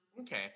Okay